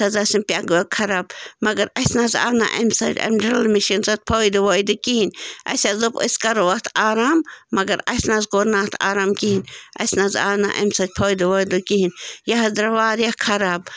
اَتھ حظ آسہٕ یِم پٮ۪گہٕ وٮ۪گہٕ خراب مگر اَسہِ نَہ حظ آو نہٕ اَمہِ سَڈ اَمہِ ڈٕرل مِشیٖن سۭتۍ فٲیدٕ وٲیدٕ کِہیٖنۍ اَسہِ حظ دوٚپ أسۍ کَرو اَتھ آرام مگر اَسہِ نَہ حظ کوٚر نہٕ اَتھ آرام کِہیٖنۍ اَسہِ نَہ حظ آو نہٕ اَمہِ سۭتی فٲیدٕ وٲیدٕ کِہیٖنۍ یہِ حظ دَراو وارِیاہ خراب